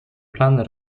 plany